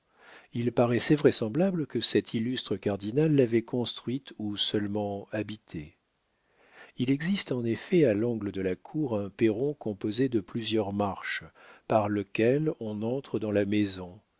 il paraissait vraisemblable que cet illustre cardinal l'avait construite ou seulement habitée il existe en effet à l'angle de la cour un perron composé de plusieurs marches par lequel on entre dans la maison